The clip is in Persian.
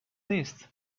نیست